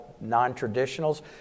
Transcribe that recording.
non-traditionals